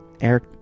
Eric